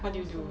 what do you do